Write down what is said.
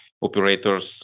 operators